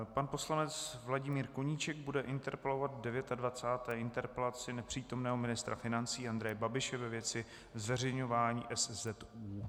Pan poslanec Vladimír Koníček bude interpelovat v 29. interpelaci nepřítomného ministra financí Andreje Babiše ve věci zveřejňování SZÚ.